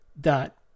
dot